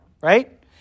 right